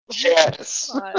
Yes